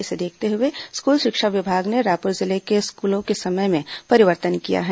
इसे देखते हुए स्कूल शिक्षा विभाग ने रायपुर जिले के स्कूलों के समय में परिवर्तन किया है